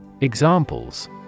Examples